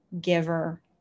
giver